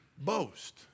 boast